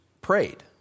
prayed